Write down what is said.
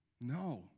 No